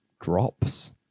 drops